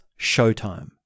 showtime